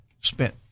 spent